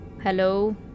Hello